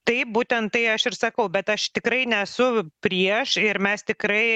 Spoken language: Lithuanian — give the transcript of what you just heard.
taip būtent tai aš ir sakau bet aš tikrai nesu prieš ir mes tikrai